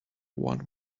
one